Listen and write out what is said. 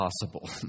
possible